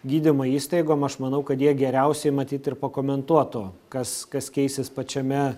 gydymo įstaigom aš manau kad jie geriausiai matyt ir pakomentuotų kas kas keisis pačiame